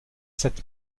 sept